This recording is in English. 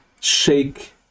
shake